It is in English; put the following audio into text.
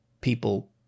people